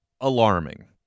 alarming